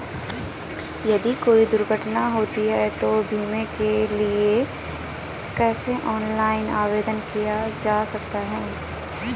यदि कोई दुर्घटना होती है तो बीमे के लिए कैसे ऑनलाइन आवेदन किया जा सकता है?